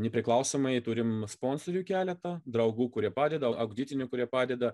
nepriklausomai turim sponsorių keletą draugų kurie padeda ugdytinių kurie padeda